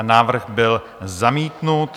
Návrh byl zamítnut.